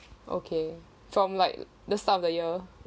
okay from like the start of the year